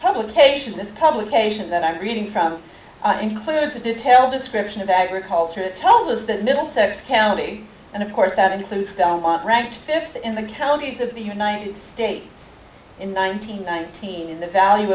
publication this publication that i'm reading from includes a detailed description of agriculture it tells us that middlesex county and of course that includes ranked fifth in the counties of the united states in nineteen nineteen in the value